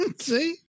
See